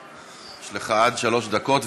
יש לך עד שלוש דקות,